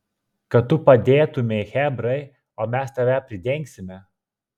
kad tu padėtumei chebrai o mes tave pridengsime